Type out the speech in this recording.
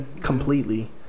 completely